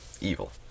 evil